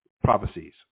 prophecies